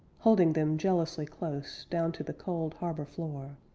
holding them jealously close down to the cold harbor floor.